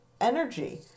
energy